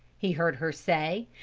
he heard her say,